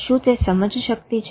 શું તે સમજશક્તિ છે